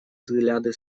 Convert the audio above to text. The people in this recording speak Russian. взгляды